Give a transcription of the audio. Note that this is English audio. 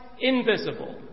invisible